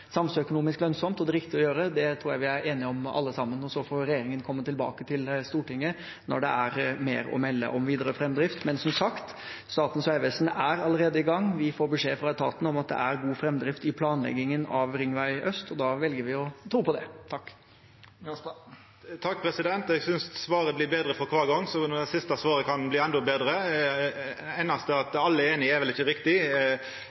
lønnsomt og det riktige å gjøre, det tror jeg vi er enige om alle sammen. Og så får regjeringen komme tilbake til Stortinget når det er mer å melde om videre framdrift. Men som sagt: Statens vegvesen er allerede i gang. Vi får beskjed fra etaten om at det er god framdrift i planleggingen av Ringvei øst, og da velger vi å tro på det. Eg synest svaret blir betre for kvar gang, så det siste svaret kan bli endå betre. Det einaste er at alle er einige, det er vel ikkje riktig.